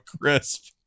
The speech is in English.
crisp